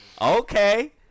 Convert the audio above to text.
Okay